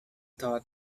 thought